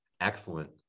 excellent